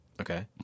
Okay